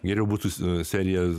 geriau būtų su serija